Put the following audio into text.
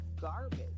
garbage